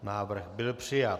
Návrh byl přijat.